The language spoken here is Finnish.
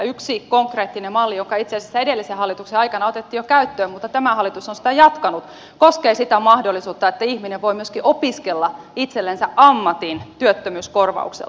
yksi konkreettinen malli joka itse asiassa edellisen hallituksen aikana otettiin jo käyttöön mutta tämä hallitus on sitä jatkanut koskee sitä mahdollisuutta että ihminen voi myöskin opiskella itsellensä ammatin työttömyyskorvauksella